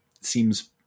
seems